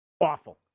Awful